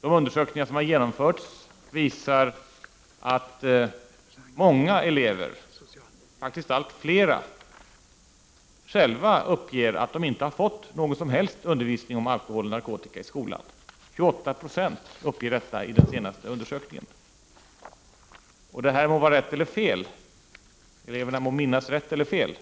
De undersökningar som har genomförts visar att många elever, faktiskt allt fler, själva uppger att de inte har fått någon som helst undervisning om alkohol och narkotika i skolan. 28 Yo uppger detta i den senaste undersökningen. Eleverna må minnas rätt eller fel,